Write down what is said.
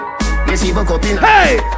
Hey